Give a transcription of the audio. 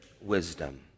wisdom